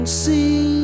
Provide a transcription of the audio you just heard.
see